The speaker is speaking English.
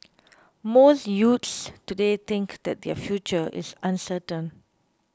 most youths today think that their future is uncertain